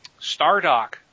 Stardock